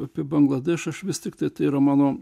apie bangladešą aš vis tiktai yra mano